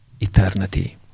eternity